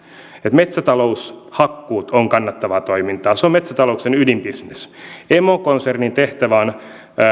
metsätaloushakkuut ovat kannattavaa toimintaa se on metsätalouden ydinbisnes emokonsernin tehtävä on